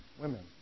women